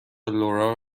لورا